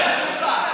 ראש הממשלה שלך.